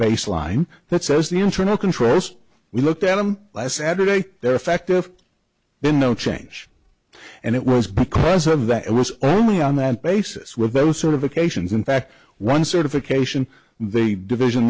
baseline that says the internal controls we looked at them last saturday they're effective then no change and it was because of that it was only on that basis were those sort of occasions in fact one certification they division